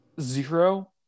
Zero